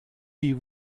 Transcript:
die